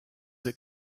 that